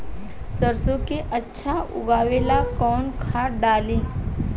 सरसो के अच्छा उगावेला कवन खाद्य डाली?